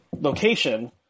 location